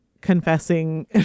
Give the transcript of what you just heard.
confessing